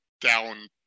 down